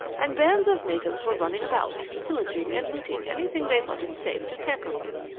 and bands of natives were running about, pillaging and looting anything they thought it safe to tamper with.